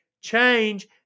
change